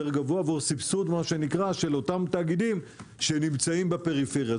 גבוה וסבסוד של אותם תאגידים שנמצאים בפריפריה.